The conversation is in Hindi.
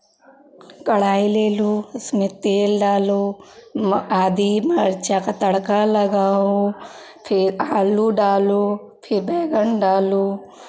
कड़ाही ले लो उसमें तेल डालो आदी मिर्चा का तड़का लगाओ फिर आलू डालो फिर बैगन डालो